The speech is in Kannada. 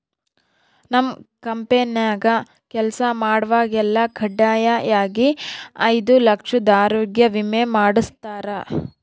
ನಮ್ ಕಂಪೆನ್ಯಾಗ ಕೆಲ್ಸ ಮಾಡ್ವಾಗೆಲ್ಲ ಖಡ್ಡಾಯಾಗಿ ಐದು ಲಕ್ಷುದ್ ಆರೋಗ್ಯ ವಿಮೆ ಮಾಡುಸ್ತಾರ